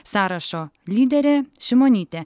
sąrašo lyderė šimonytė